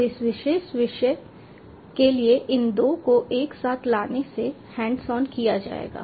तो इस विशेष विषय के लिए इन 2 को एक साथ लाने से हैंड्स ऑन किया जाएगा